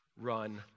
run